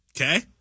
Okay